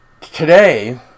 today